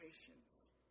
patience